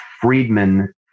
Friedman